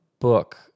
book